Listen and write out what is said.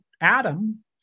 Adam